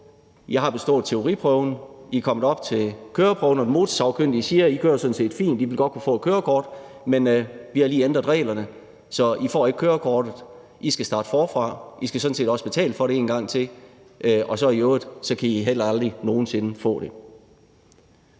I har bestået teoriprøven og er kommet op til køreprøven, hvor den motorsagkyndige siger: I kører sådan set fint, og I ville godt kunne få et kørekort, men vi har lige ændret reglerne, så I får ikke kørekortet; I skal starte forfra, og I skal sådan set også betale for det en gang til, og så kan I i øvrigt heller aldrig nogen sinde få det.